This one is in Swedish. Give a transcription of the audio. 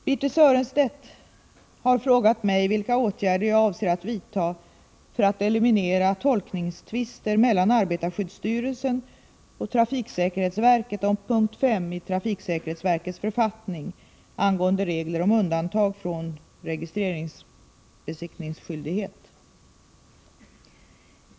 Birthe Sörestedt har frågat mig vilka åtgärder jag avser att vidta för att eliminera tolkningstvister mellan arbetarskyddsstyrelsen och trafiksäkerhetsverket om punkt 5 i trafiksäkerhetsverkets författning angående regler om undantag från registreringsbesiktningsskyldighet.